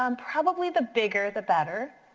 um probably the bigger the better,